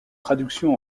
traductions